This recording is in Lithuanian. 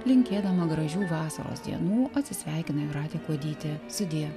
linkėdama gražių vasaros dienų atsisveikina jūratė kuodytė sudie